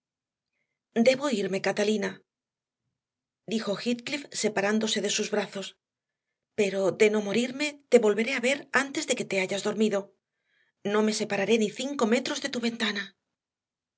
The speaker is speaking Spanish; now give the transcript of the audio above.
debo irme catalina dijo heathcliff separándose de sus brazos pero de no morirme te volveré a ver antes de que te hayas dormido no me separaré ni cinco metros de tu ventana